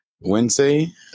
Wednesday